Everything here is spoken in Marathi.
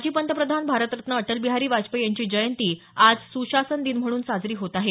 माजी पंतप्रधान भारतरत्न अटलबिहारी वाजपेयी यांची जंयती आज सुशासन दिन म्हणून साजरी होत आहे